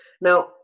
now